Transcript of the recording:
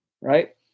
right